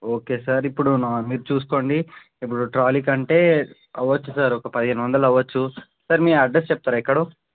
okay sir ఇప్పుడు నార్ మీరు చూసుకోండి ఇప్పుడు ట్రాలీ కంటే అవచ్చు సార్ ఒక పదిహేను వందలు అవచ్చు సార్ మీ అడ్రస్ చెప్తారా ఎక్కడో